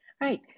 Right